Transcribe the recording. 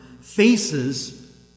faces